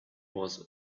was